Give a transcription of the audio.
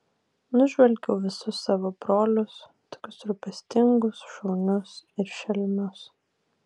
nužvelgiau visus savo brolius tokius rūpestingus šaunius ir šelmius